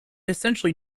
essentially